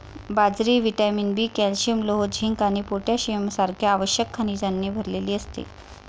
बाजरी vitamin B, calcium, लोह, zinc आणि पोटॅशियम सारख्या आवश्यक खनिजांनी भरलेली असते